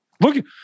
Look